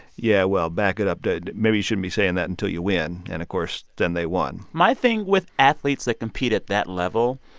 yeah, well, back it up. maybe you shouldn't be saying that until you win. and, of course, then they won my thing with athletes that compete at that level,